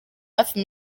hafi